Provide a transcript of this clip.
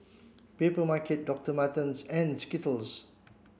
Papermarket Doctor Martens and Skittles